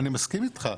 אני מסכים איתך.